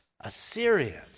Assyrians